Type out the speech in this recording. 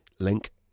Link